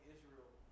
Israel